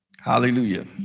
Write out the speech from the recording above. Hallelujah